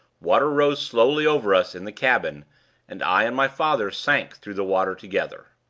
water rose slowly over us in the cabin and i and my father sank through the water together.